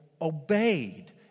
obeyed